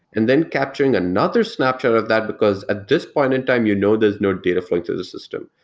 and then capturing another snapshot of that, because at this point in time you know there's no data flow into the system.